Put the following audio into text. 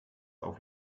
auf